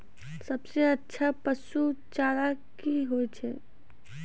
सबसे अच्छा पसु चारा की होय छै?